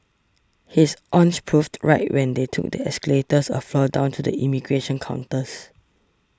his hunch proved right when they took the escalators of floor down to the immigration counters